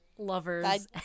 lovers